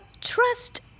trust